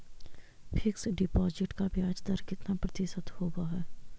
Fix deposit का ब्याज दर कितना प्रतिशत होब है?